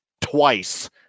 twice